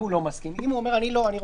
אם הוא לא מסכים, אם הוא אומר שהוא מוכן